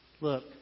Look